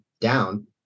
down